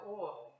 oil